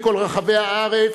מכל רחבי הארץ,